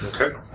Okay